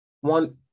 one